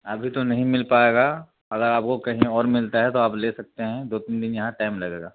ابھی تو نہیں مل پائے گا اگر آپ کو کہیں اور ملتا ہے تو آپ لے سکتے ہیں دو تین دِن یہاں ٹائم لگے گا